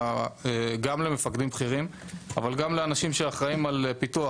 גם למפקדים בכירים אבל גם לאנשים שאחראים על פיתוח,